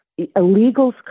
illegals